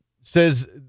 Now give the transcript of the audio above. says